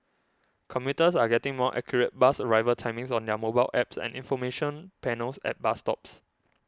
commuters are getting more accurate bus arrival timings on their mobile apps and information panels at bus stops